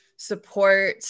support